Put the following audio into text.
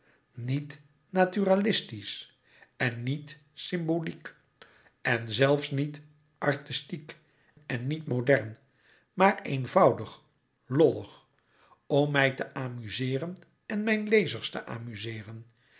niet naturalistisch en niet symboliek en zelfs niet artistiek en niet modern maar eenvoudig lollig om mij te amuzeeren en mijn lezers te amuzeeren